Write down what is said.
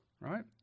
right